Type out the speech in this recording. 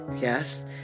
Yes